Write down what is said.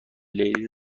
لیلی